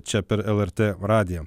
čia per lrt radiją